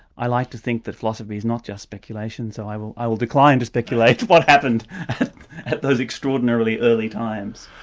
i like to think that philosophy is not just speculation so i will i will decline to speculate what happened at those extraordinarily early times.